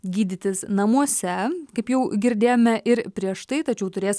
gydytis namuose kaip jau girdėjome ir prieš tai tačiau turės